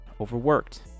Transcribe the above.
overworked